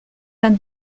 d’un